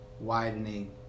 widening